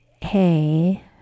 Hey